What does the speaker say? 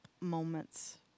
moments